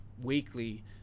weekly